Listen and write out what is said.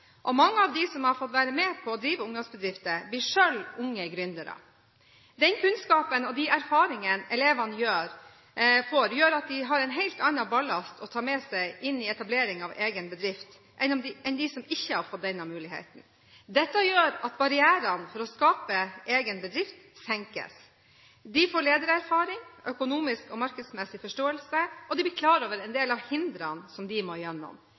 Mange av dem som har fått være med på å drive ungdomsbedrifter, blir selv unge gründere. Den kunnskapen og de erfaringene elevene får, gjør at de har en helt annen ballast å ta med seg inn i etableringen av egen bedrift enn dem som ikke har fått denne muligheten. Dette gjør at barrierene for å skape egen bedrift senkes. De får ledererfaring, økonomisk og markedsmessig forståelse, og de blir klar over en del av hindringene de må gjennom.